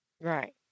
Right